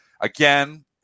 Again